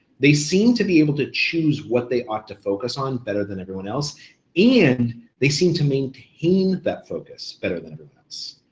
they seem to be able to choose what they ought to focus on better than everyone else and they seem to maintain that focus better than everyone else.